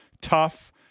tough